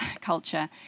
culture